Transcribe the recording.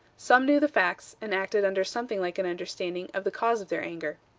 some knew the facts, and acted under something like an understanding of the cause of their anger.